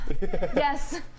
Yes